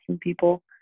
people